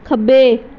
ਖੱਬੇ